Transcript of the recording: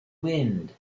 wind